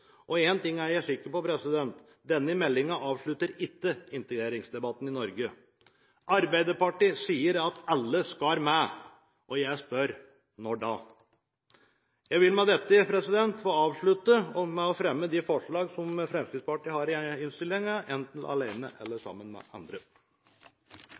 og én ting er jeg sikker på: Denne meldingen avslutter ikke integreringsdebatten i Norge. Arbeiderpartiet sier at alle skal med, og jeg spør: Når da? Jeg vil med dette avslutte med å ta opp de forslag Fremskrittspartiet har fremmet i innstillingen, enten alene eller